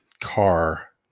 car